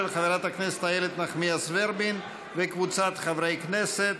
של חברת הכנסת איילת נחמיאס ורבין וקבוצת חברי הכנסת.